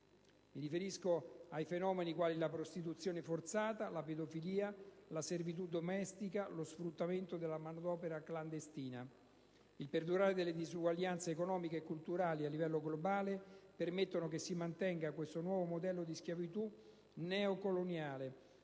Mi riferisco a fenomeni quali la prostituzione forzata, la pedofilia, la servitù domestica e lo sfruttamento della manodopera clandestina. Il perdurare delle disuguaglianze economiche e culturali a livello globale permette che si mantenga questo nuovo modello di schiavitù neocoloniale,